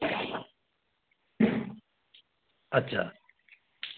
আচ্ছা